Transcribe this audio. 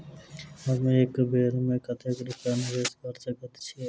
हम एक बेर मे कतेक रूपया निवेश कऽ सकैत छीयै?